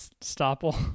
stopple